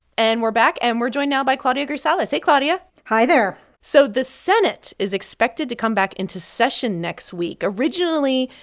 and we're back, and we're joined now by claudia grisales hey, claudia hi there so the senate is expected to come back into session next week. originally,